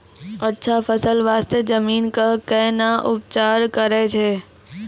अच्छा फसल बास्ते जमीन कऽ कै ना उपचार करैय छै